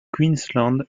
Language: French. queensland